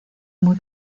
muy